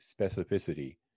specificity